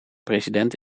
president